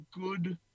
good –